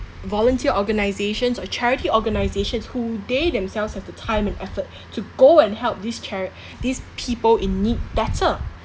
volunteer organisations or charity organisations who they themselves have the time and effort to go and help this chari~ these people in need better